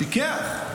פיקח.